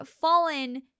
fallen